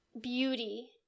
beauty